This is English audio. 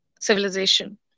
civilization